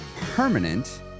permanent